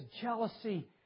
jealousy